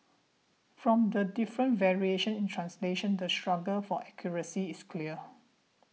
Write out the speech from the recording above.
from the different variations in translation the struggle for accuracy is clear